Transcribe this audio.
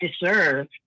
deserve